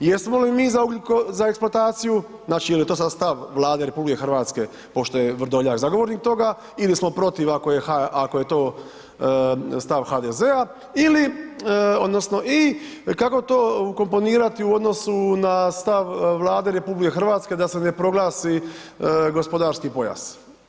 Jesmo li mi za eksplantaciju, ili je to sada stav Vlade RH, pošto je Vrdoljak zagovornik toga ili je protiv, ako je to stav HDZ-a ili odnosno, i kako to ukomponirati u odnosu na stav Vlade RH, da se ne proglasi gospodarski pojas?